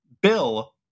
bill